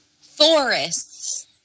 forests